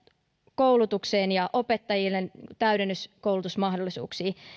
koulutukseen ja opettajien täydennyskoulutusmahdollisuuksiin